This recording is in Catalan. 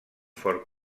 fort